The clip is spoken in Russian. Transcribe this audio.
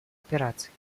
операций